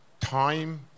time